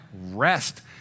rest